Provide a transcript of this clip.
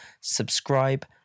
Subscribe